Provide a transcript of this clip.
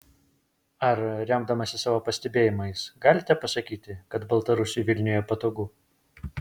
ar remdamasis savo pastebėjimais galite pasakyti kad baltarusiui vilniuje patogu